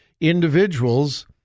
individuals